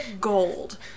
gold